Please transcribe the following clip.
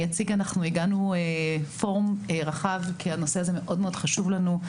הגענו פורום רחב כי הנושא הזה מאוד חשוב לנו,